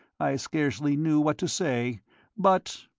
i scarcely knew what to say but